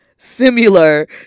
Similar